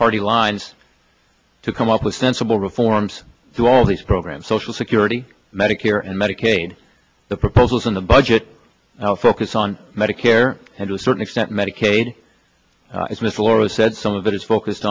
party lines to come up with sensible reforms to all these programs social security medicare and medicaid the proposals in the budget focus on medicare and to a certain extent medicaid as miss laura said some of it is focused